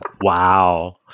Wow